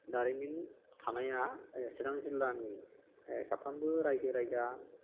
दारिमिन थानाया सिरां जिल्लानि साफ्रोमबो रायजो राजा